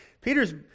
Peter's